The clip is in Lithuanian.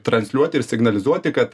transliuoti ir signalizuoti kad